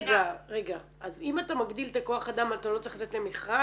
אז אם אתה מגדיל את הכוח אדם אתה לא צריך לצאת למכרז?